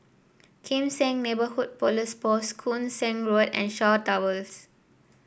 Kim Seng Neighbourhood Police Post Koon Seng Road and Shaw Towers